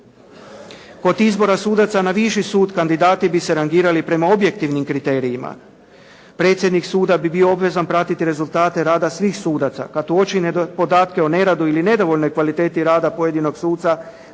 Kod izbora sudaca na viši sud kandidati bi se rangirali prema objektivnim kriterijima. Predsjednik suda bi bio obvezan pratiti rezultate rada svih sudaca. Kad uoči podatke o neradu ili nedovoljnoj kvaliteti rada pojedinog suca